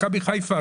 מכבי חיפה,